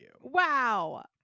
Wow